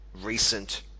recent